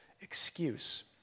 excuse